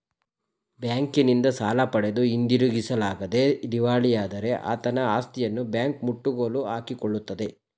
ಬ್ಯಾಂಕಿನಿಂದ ಸಾಲ ಪಡೆದು ಹಿಂದಿರುಗಿಸಲಾಗದೆ ದಿವಾಳಿಯಾದರೆ ಆತನ ಆಸ್ತಿಯನ್ನು ಬ್ಯಾಂಕ್ ಮುಟ್ಟುಗೋಲು ಹಾಕಿಕೊಳ್ಳುತ್ತದೆ